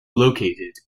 located